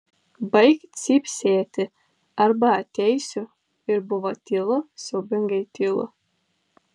baik cypsėti arba ateisiu ir buvo tylu siaubingai tylu